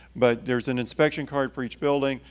but there's an inspection card for each building,